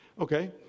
Okay